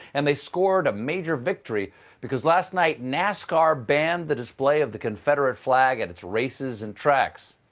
and they scored a major victory because, last night, nascar banned the display of the confederate flag at its races and tracks.